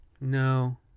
No